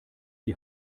die